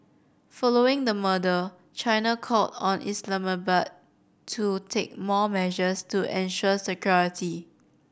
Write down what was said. following the murder China called on Islamabad to take more measures to ensure security